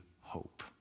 hope